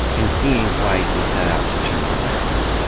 in seeing white, we set out to turn the lens.